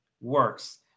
works